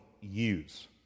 use